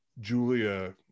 julia